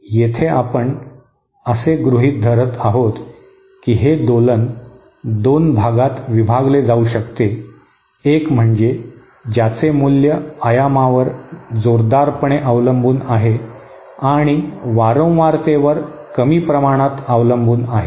येथे आपण असे गृहित धरत आहोत की हे दोलन दोन भागात विभागले जाऊ शकते एक म्हणजे ज्याचे मूल्य आयामावर जोरदारपणे अवलंबून आहे आणि वारंवारतेवर कमी प्रमाणात अवलंबून आहे